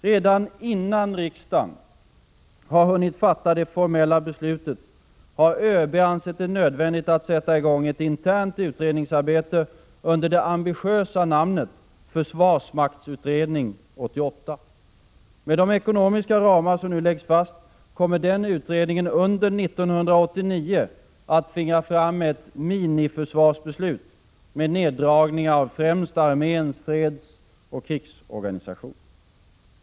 Redan innan riksdagen hunnit fatta det formella beslutet, har ÖB ansett det nödvändigt att sätta i gång ett internt utredningsarbete under det ambitiösa namnet Försvarsmaktsutredning 88. Med de ekonomiska ramar som nu läggs fast kommer den utredningen under 1989 att tvinga fram ett miniförsvarsbeslut med neddragningar av främst arméns fredsoch krigsorganisation.